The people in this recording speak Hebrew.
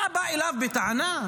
אתה בא אליו בטענה?